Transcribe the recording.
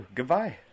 goodbye